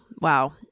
wow